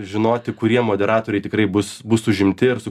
gali žinoti kurie moderatoriai tikrai bus bus užimti ir su